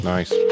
Nice